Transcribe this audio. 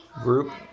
group